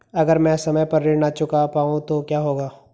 अगर म ैं समय पर ऋण न चुका पाउँ तो क्या होगा?